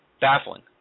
Baffling